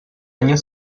año